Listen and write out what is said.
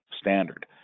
standard